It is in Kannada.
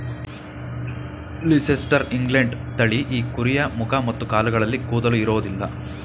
ಲೀಸೆಸ್ಟರ್ ಇಂಗ್ಲೆಂಡ್ ತಳಿ ಈ ಕುರಿಯ ಮುಖ ಮತ್ತು ಕಾಲುಗಳಲ್ಲಿ ಕೂದಲು ಇರೋದಿಲ್ಲ